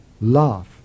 laugh